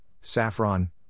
Saffron